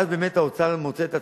ואז באמת האוצר מוצא את עצמו,